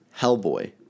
Hellboy